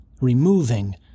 removing